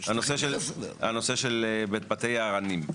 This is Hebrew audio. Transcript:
הנושא של בתי היערנים.